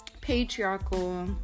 patriarchal